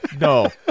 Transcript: No